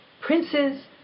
Princes